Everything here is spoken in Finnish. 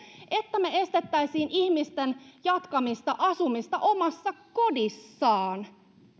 tällä että me estäisimme ihmisten asumisen jatkamista omassa kodissaan